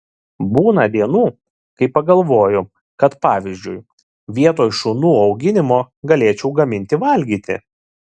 būna dienų kai pagalvoju kad pavyzdžiui vietoj šunų auginimo galėčiau gaminti valgyti